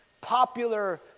popular